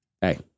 Hey